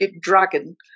dragon